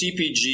CPG